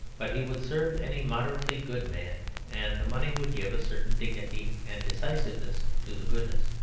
but he would serve any moderately good man and the money would give a certain dignity and decisiveness to the goodness.